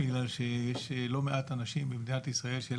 בגלל שיש לא מעט אנשים במדינת ישראל שאין